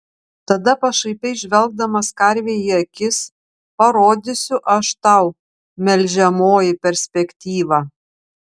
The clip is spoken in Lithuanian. tada pašaipiai žvelgdamas karvei į akis parodysiu aš tau melžiamoji perspektyvą